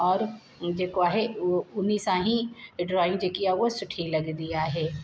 और जेको आहे उहो उन सां ई ड्रॉइंग जेकी आहे सुठी लॻंदी आहे